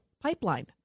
pipeline